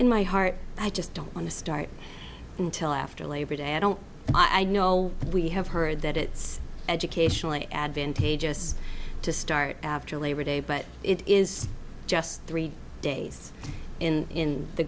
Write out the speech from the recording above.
in my heart i just don't want to start until after labor day i don't i know we have heard that it's educationally advantageous to start after labor day but it is just three days in